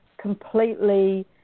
completely